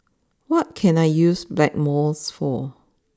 what can I use Blackmores for